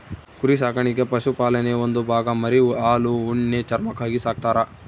ಕುರಿ ಸಾಕಾಣಿಕೆ ಪಶುಪಾಲನೆಯ ಒಂದು ಭಾಗ ಮರಿ ಹಾಲು ಉಣ್ಣೆ ಚರ್ಮಕ್ಕಾಗಿ ಸಾಕ್ತರ